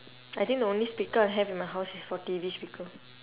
I think the only speaker I have in my house is for T_V speaker